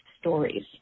stories